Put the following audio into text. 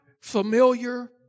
familiar